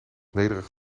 nederig